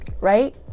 right